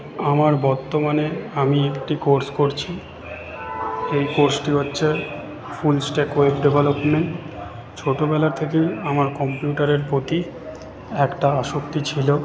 আমার বর্তমানে আমি একটি কোর্স করছি এই কোর্সটি হচ্ছে ফুলস্টেক ওয়েব ডেভেলপমেন্ট ছোটোবেলা থেকেই আমার কম্পিউটারের প্রতি একটা আসক্তি ছিল